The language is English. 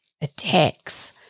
attacks